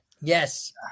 Yes